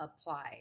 apply